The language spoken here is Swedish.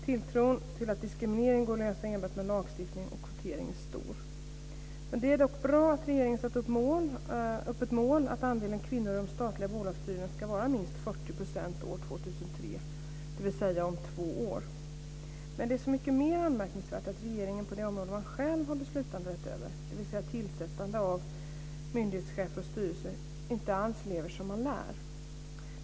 Tilltron till att diskriminering går att undvika enbart med lagstiftning och kvotering är stor. Det är dock bra att regeringen satt upp ett mål som innebär att andelen kvinnor i de statliga bolagsstyrelserna ska vara minst 40 % år 2003, dvs. om två år. Men det är så mycket mer anmärkningsvärt att regeringen på det område den själv har beslutanderätt över, dvs. tillsättande av myndighetschefer och styrelser, inte alls lever som man lär.